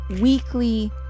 weekly